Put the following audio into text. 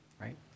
right